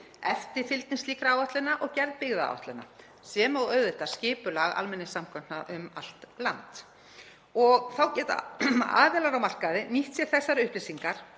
eftirfylgni slíkra áætlana og gerð byggðaáætlana, sem og auðvitað skipulag almenningssamgangna um allt land. Þá geta aðilar á markaði nýtt sér þessar upplýsingar